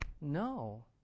No